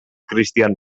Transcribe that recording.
cristian